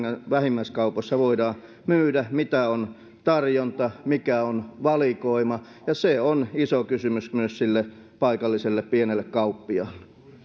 vähittäiskaupoissa voidaan myydä mitä on tarjonta mikä on valikoima ja se on iso kysymys myös sille paikalliselle pienelle kauppiaalle